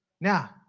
Now